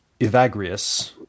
Evagrius